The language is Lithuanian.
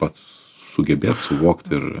pats sugebėt suvokt ir